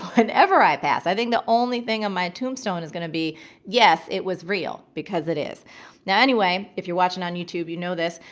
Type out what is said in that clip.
whenever i pass, i think the only thing on my tombstone is going to be yes, it was real because it is now anyway, if you're watching on youtube, you know this,